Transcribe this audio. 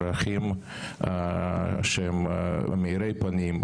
ערכים שהם מאירי פנים,